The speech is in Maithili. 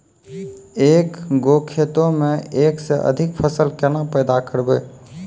एक गो खेतो मे एक से अधिक फसल केना पैदा करबै?